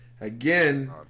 Again